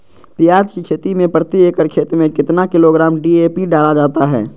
प्याज की खेती में प्रति एकड़ खेत में कितना किलोग्राम डी.ए.पी डाला जाता है?